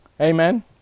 Amen